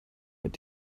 mit